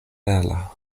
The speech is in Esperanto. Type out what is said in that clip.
bela